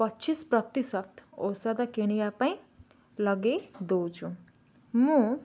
ପଚିଶ ପ୍ରତିଶତ ଔଷଧ କିଣିବା ପାଇଁ ଲଗାଇ ଦେଉଛୁ ମୁଁ